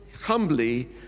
humbly